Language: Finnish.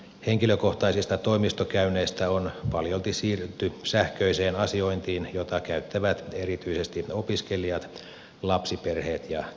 henkilökohtaisista toimistokäynneistä on paljolti siirrytty sähköiseen asiointiin jota käyttävät erityisesti opiskelijat lapsiperheet ja työttömät